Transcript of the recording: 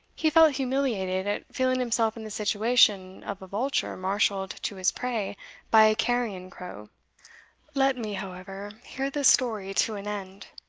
he felt humiliated at feeling himself in the situation of a vulture marshalled to his prey by a carrion-crow let me, however, hear this story to an end,